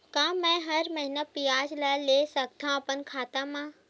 का मैं हर महीना ब्याज ला ले सकथव अपन खाता मा?